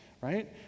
right